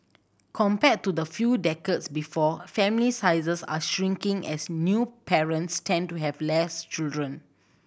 compared to the few decades before family sizes are shrinking as new parents tend to have less children